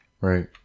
Right